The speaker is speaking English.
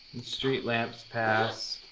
streetlamps pass.